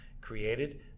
created